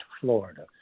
Florida